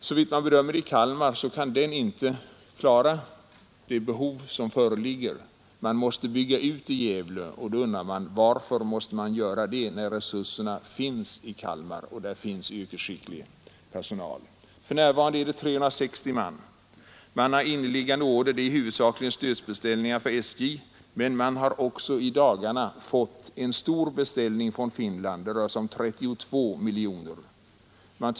Som man bedömer det i Kalmar kan Gävle-företaget inte klara av de behov som föreligger. Verksamheten i Gävle måste byggas ut, och man undrar varför det behöver ske när resurser och yrkesskickligt folk finns i Kalmar. För närvarande har KVAB en personal på 360 man. Man har inneliggande order som huvudsakligen består av stödbeställningar från SJ, men man har också i dagarna fått en stor beställning från Finland på 32 miljoner kronor.